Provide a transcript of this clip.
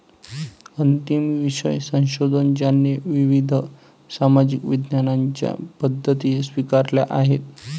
अंतिम विषय संशोधन ज्याने विविध सामाजिक विज्ञानांच्या पद्धती स्वीकारल्या आहेत